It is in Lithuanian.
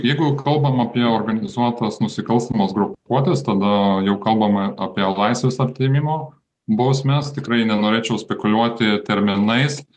jeigu kalbam apie organizuotas nusikalstamas grupuotes tada jau kalbama apie laisvės atėmimo bausmes tikrai nenorėčiau spekuliuoti terminais